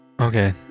okay